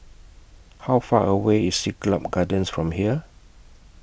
How Far away IS Siglap Gardens from here